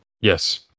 Yes